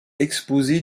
exposé